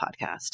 podcast